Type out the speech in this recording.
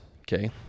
okay